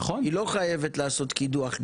היא לא חייבת לעשות קידו"ח גז,